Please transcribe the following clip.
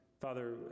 father